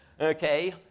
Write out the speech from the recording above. okay